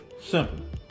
Simple